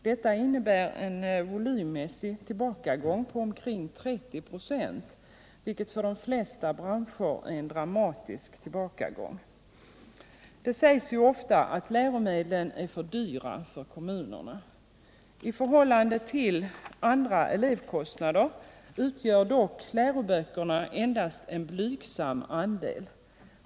Detta innebär en volymmässig tillbakagång på omkring 30 96, vilket för de flesta branscher är en dramatisk tillbakagång. Det sägs ofta att läromedlen är för dyra för kommunerna. I förhållande till andra elevkostnader utgör dock läroböckerna endast en blygsam andel.